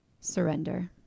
surrender